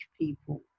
people